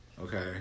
Okay